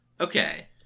Okay